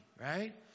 right